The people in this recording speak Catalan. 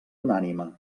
unànime